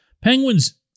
Penguins